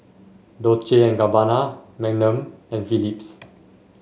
Dolce and Gabbana Magnum and Philips